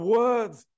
words